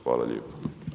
Hvala lijepo.